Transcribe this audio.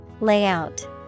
Layout